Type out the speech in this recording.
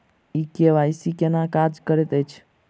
ई KYC केना काज करैत अछि?